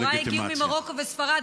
הוריי הגיעו ממרוקו ומספרד,